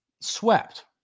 swept